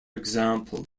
example